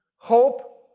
hope,